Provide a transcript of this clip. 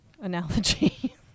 analogy